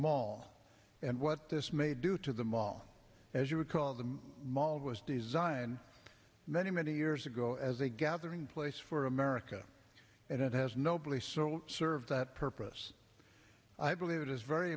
mall and what this may do to the mall as you would call the mall was designed many many years ago as a gathering place for america and it has no place so serve that purpose i believe it is very